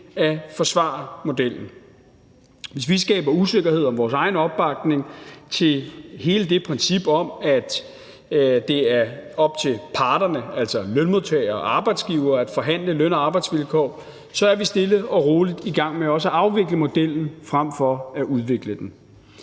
at forsvare modellen. Hvis vi skaber usikkerhed om vores egen opbakning til hele det princip om, at det er op til parterne, altså lønmodtagere og arbejdsgivere, at forhandle løn- og arbejdsvilkår, er vi stille og roligt i gang med også at afvikle modellen frem for at udvikle den.